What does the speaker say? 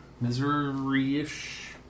misery-ish